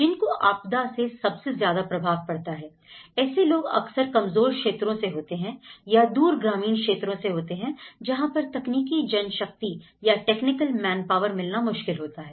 जिनको आपदा से सबसे ज्यादा प्रभाव पड़ता है ऐसे लोग अक्सर कमजोर क्षेत्रों से होते हैं या दूर ग्रामीण क्षेत्रों से होते हैं जहां पर तकनीकी जनशक्ति या टेक्निकल मेन पावर मिलना मुश्किल होता है